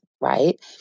right